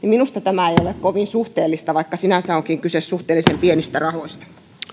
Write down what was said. minusta tämä ei ole kovin suhteellista vaikka sinänsä onkin kyse suhteellisen pienistä rahoista